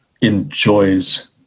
enjoys